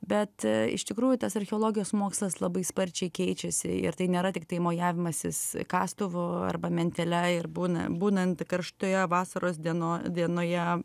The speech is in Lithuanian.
bet iš tikrųjų tas archeologijos mokslas labai sparčiai keičiasi ir tai nėra tiktai mojavimasis kastuvu arba mentele ir būna būnant karštoje vasaros dieno dienoje